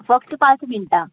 फक्त पांच मिनटां